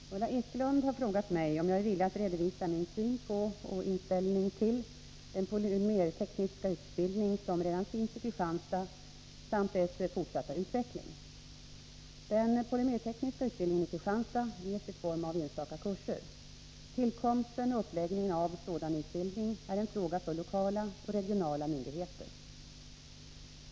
Herr talman! Ulla Ekelund har frågat mig om jag är villig att redovisa min syn på och min inställning till den polymertekniska utbildning som redan finns i Kristianstad samt dess fortsatta utveckling. Den polymertekniska utbildningen i Kristianstad ges i form av enstaka kurser. Tillkomsten och uppläggningen av sådan utbildning är en fråga för lokala och regionala myndigheter.